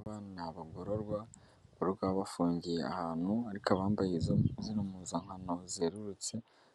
Aba ngaba n'abagororwa abagororwa bafungiye ahantu ariko abambaye zino mpuzankano zerurutse